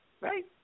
right